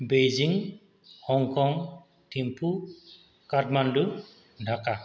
Beijing Hong Kong Thimphu Kathmandu Dhaka